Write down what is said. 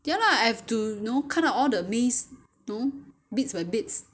ya lah I have to y~ know cut out all the maize know bits by bits